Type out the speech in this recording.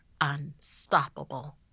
unstoppable